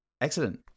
excellent